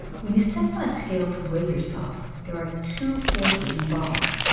when you step on a scale to weigh yourself, there are two forces involved.